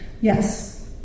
Yes